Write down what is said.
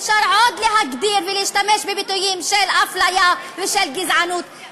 אי-אפשר עוד להגדיר ולהשתמש בביטויים אפליה וגזענות,